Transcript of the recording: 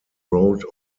wrote